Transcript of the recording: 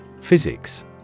Physics